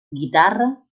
guitarra